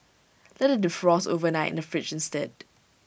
let IT defrost overnight the fridge instead